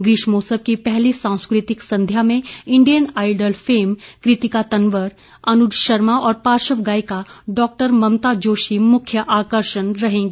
ग्रीष्मोत्सव की पहली सांस्कृतिक संध्या में Indian Idol fame Kritika Tanwar Anuj Sharma और पार्श्व गायिका डॉ ममता जोशी मुख्य आकर्षण रहेंगी